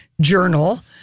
Journal